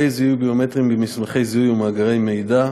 זיהוי ביומטריים במסמכי זיהוי ומאגרי מידע: